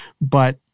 But-